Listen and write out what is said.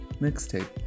Mixtape